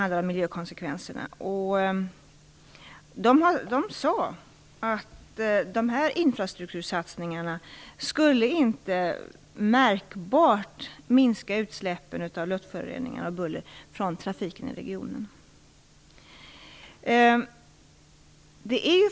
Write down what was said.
Man sade att dessa infrastruktursatsningar inte märkbart skulle minska utsläppen av luftföroreningar och buller från trafiken i regionen.